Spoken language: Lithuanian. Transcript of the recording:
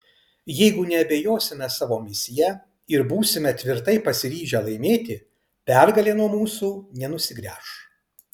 jeigu neabejosime savo misija ir būsime tvirtai pasiryžę laimėti pergalė nuo mūsų nenusigręš